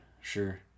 sure